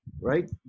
right